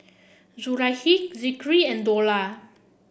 Zulaikha Zikri and Dollah